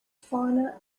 fauna